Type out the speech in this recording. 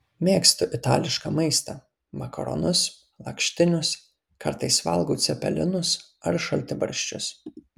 mėgstu itališką maistą makaronus lakštinius kartais valgau cepelinus ar šaltibarščius